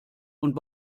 und